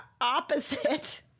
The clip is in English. opposite